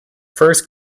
first